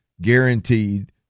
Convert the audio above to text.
guaranteed